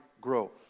grow